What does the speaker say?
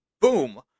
boom